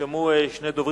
נרשמו שני דוברים,